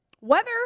Weather